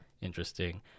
interesting